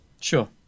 Sure